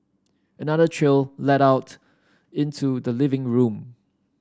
another trail led out into the living room